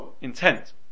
Intent